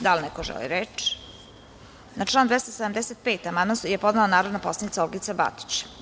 Da li neko želi reč? (Ne) Na član 275. amandman je podnela narodna poslanica Olgica Batić.